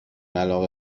علاقه